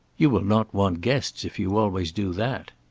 you will not want guests if you always do that.